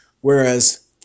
Whereas